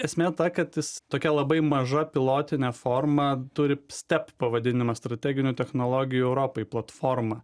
esmė ta kad jis tokia labai maža pilotine forma turi step pavadinimą strateginių technologijų europai platforma